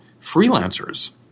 freelancers